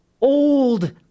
old